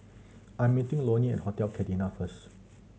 I'm meeting Lonnie at Hotel first